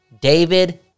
David